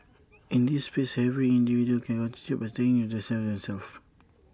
in this space every individual can contribute by staying safe themselves